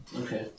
Okay